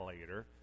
later